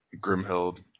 Grimhild